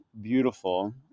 beautiful